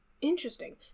Interesting